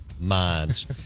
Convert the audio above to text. minds